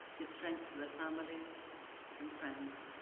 give strength to their families and friends.